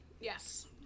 Yes